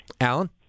Alan